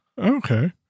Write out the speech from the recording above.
Okay